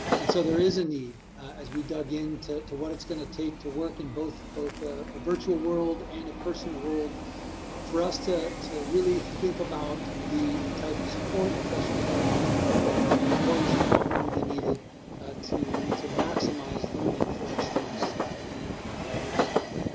and so there is a need as we dug in to to what it's gonna take to work in both both a a virtual world and a personal world for us to to really think about the the type of support and professional development and that we know is now going to be needed to to maximize learning for our students in in a hybrid model.